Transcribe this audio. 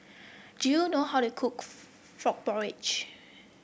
do you know how to cook Frog Porridge